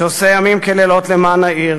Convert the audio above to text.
שעושה לילות כימים למען העיר,